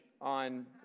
on